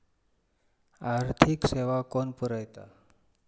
आर्थिक सेवा कोण पुरयता?